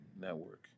Network